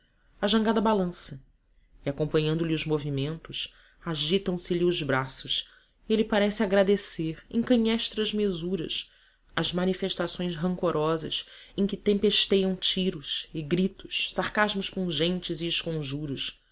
jangada balança e acompanhando lhe os movimentos agitam se lhe os braços e ele parece agradecer em canhestras mesuras as manifestações rancorosas em que tempesteiam tiros e gritos sarcasmos pungentes e esconjuros